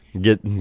Get